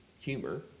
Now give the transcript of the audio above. humor